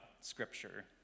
Scripture